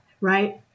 right